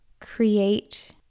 create